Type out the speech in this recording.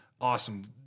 Awesome